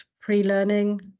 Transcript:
pre-learning